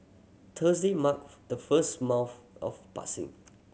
Thursday marked the first month of passing